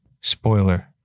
Spoiler